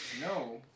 No